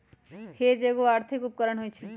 hedge एगो आर्थिक उपकरण होइ छइ